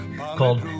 called